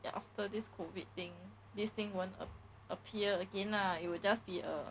then after this COVID thing this thing won't a~ appear again lah it will just be a